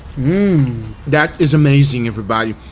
hmm that is amazing everybody.